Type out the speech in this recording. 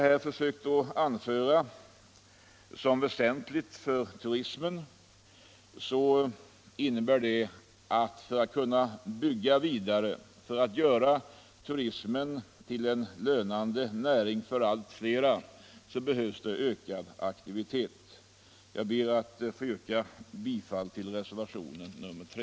m.m. För att turismen skall kunna byggas ut och bli en lönande näring för allt fler behövs det ökad aktivitet. Jag ber att få yrka bifall till reservationen 3.